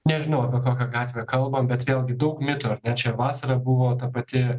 nežinau apie kokią gatvę kalba bet vėlgi daug mitų ar ne čia vasarą buvo ta pati